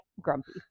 grumpy